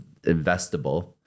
investable